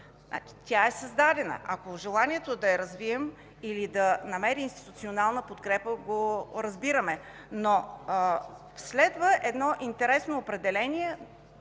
г., създадена е. Ако желанието е да я развием или да намерим институционална подкрепа, разбираме го, но следва интересно определение,